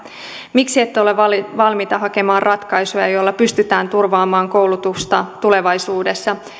miksi ette ole valmiita hakemaan ratkaisuja joilla pystytään turvaamaan koulutusta tulevaisuudessa